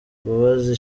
mbabazi